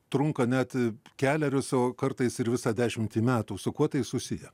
trunka net kelerius o kartais ir visą dešimtį metų su kuo tai susiję